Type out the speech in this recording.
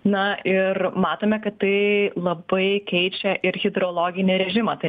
na ir matome kad tai labai keičia ir hidrologinį režimą tai